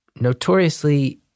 notoriously